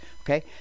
Okay